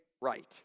right